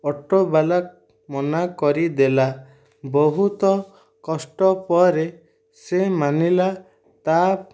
ଅଟୋବାଲା ମନା କରିଦେଲା ବହୁତ କଷ୍ଟ ପରେ ସେ ମାନିଲା ତା